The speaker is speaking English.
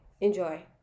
Enjoy